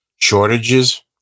Shortages